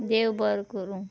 देव बरें करूं